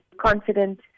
confident